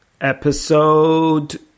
Episode